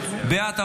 בעד,